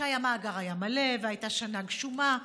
כשהמאגר היה מלא והייתה שנה גשומה,